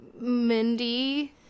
mindy